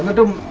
the